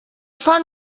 front